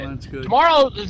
Tomorrow